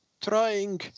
Trying